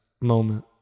moment